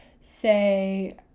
say